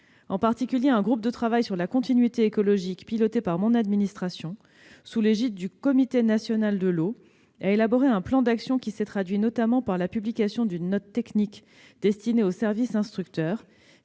En particulier, un groupe de travail sur la continuité écologique piloté par mon administration et sous l'égide du Comité national de l'eau a élaboré un plan d'action qui s'est traduit notamment par la publication d'une note technique destinée aux services instructeurs